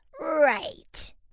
Right